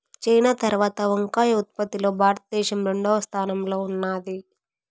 China తరవాత వంకాయ ఉత్పత్తి లో భారత దేశం రెండవ స్థానం లో ఉన్నాది